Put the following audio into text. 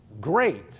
great